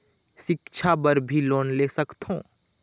सिक्छा बर भी लोन ले सकथों?